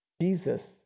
Jesus